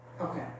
Okay